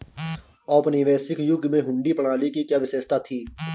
औपनिवेशिक युग में हुंडी प्रणाली की क्या विशेषता थी?